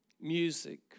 music